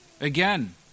Again